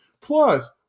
Plus